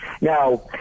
Now